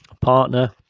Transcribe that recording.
partner